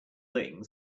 thing